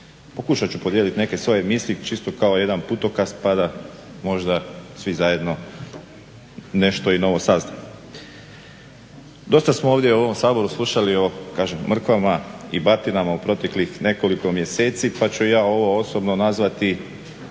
Pokušat ću podijelit neke svoje misli čisto kao jedan putokaz pa da možda svi zajedno nešto i novo saznamo. Dosta smo ovdje u ovom Saboru slušali o mrkvama i batinama u proteklih nekoliko mjeseci pa ću ja ovo osobno nazvati,